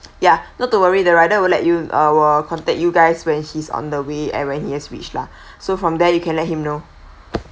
yeah not to worry the rider will let you ah will contact you guys when he's on the way and when he has reached lah so from there you can let him know